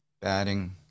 Batting